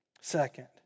Second